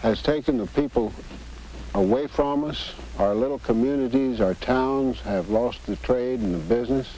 has taken the people away from us our little communities our towns have lost the trade and business